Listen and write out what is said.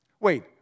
Wait